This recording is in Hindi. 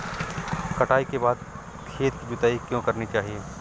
कटाई के बाद खेत की जुताई क्यो करनी चाहिए?